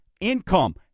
income